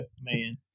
Man